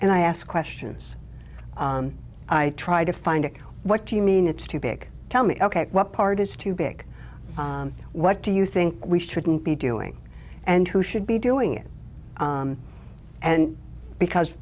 and i ask questions i try to find out what you mean it's too big tell me ok what part is too big what do you think we shouldn't be doing and who should be doing it and because